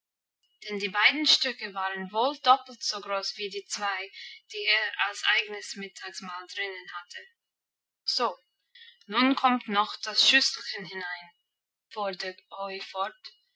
denn die beiden stücke waren wohl doppelt so groß wie die zwei die er als eignes mittagsmahl drinnen hatte so nun kommt noch das schüsselchen hinein fuhr der öhi fort